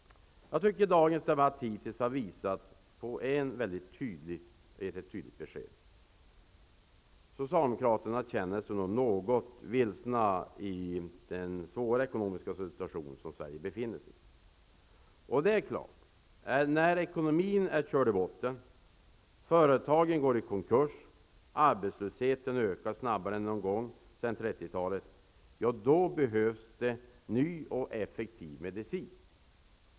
Jag tycker att dagens debatt hittills har givit ett tydligt besked: Socialdemokraterna känner sig något vilsna i den svåra ekonomiska situation som Sverige befinner sig i. När ekonomin är körd i botten, när företagen går i konkurs, när arbetslösheten ökar snabbare än någon gång sedan 1930-talet -- då behövs det ny och effektiv medicin.